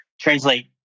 translate